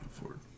afford